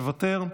מוותר,